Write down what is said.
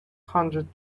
hundred